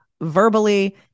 verbally